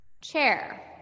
chair